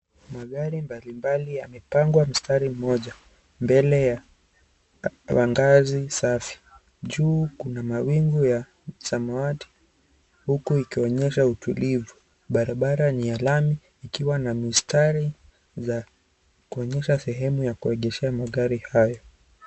Magari mbali mbali yamepangwa mstari mmoja mbele ya wangazi safi juu kuna mawingu ya samawati huku ikionyesha utulivu barabara ni ya lami ikiwa na mistari za kuonyesha sehemu ya kuegeshea magari hayo.